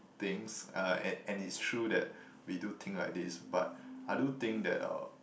things uh and and it's true that we do think like this but I do think that uh